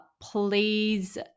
Please